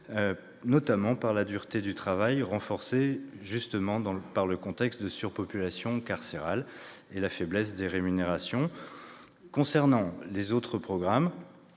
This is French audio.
notamment par la difficulté du travail, renforcée, précisément, par le contexte de surpopulation carcérale, ainsi que par la faiblesse des rémunérations. Concernant les autres programmes